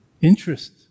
Interest